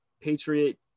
patriot